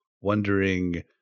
wondering